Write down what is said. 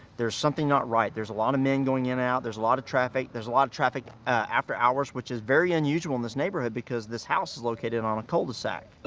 there's something not right. there's a lot of men going in and out. there's a lot of traffic. there's a lot of traffic after hours, which is very unusual in this neighborhood because this house is located on a cul-de-sac.